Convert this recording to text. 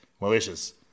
malicious